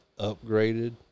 upgraded